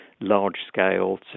large-scale